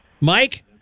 Mike